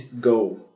go